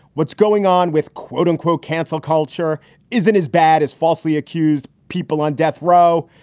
what's going on with quote unquote cancel culture isn't as bad as falsely accused people on death row.